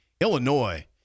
Illinois